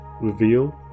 reveal